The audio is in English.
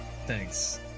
Thanks